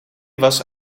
was